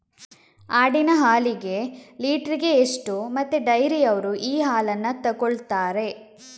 ಆಡಿನ ಹಾಲಿಗೆ ಲೀಟ್ರಿಗೆ ಎಷ್ಟು ಮತ್ತೆ ಡೈರಿಯವ್ರರು ಈ ಹಾಲನ್ನ ತೆಕೊಳ್ತಾರೆ?